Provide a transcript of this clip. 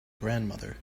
grandmother